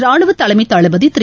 ராணுவ தலைமை தளபதி திரு